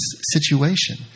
situation